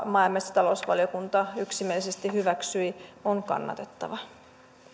maa ja metsätalousvaliokunta yksimielisesti hyväksyi on kannatettava